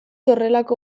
horrelako